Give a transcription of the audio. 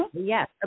Yes